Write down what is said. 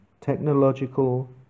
technological